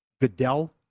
Goodell